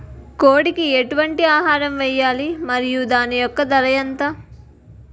కోడి కి ఎటువంటి ఆహారం వేయాలి? మరియు దాని యెక్క ధర ఎంత?